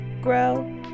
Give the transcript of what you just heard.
grow